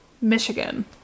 Michigan